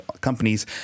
companies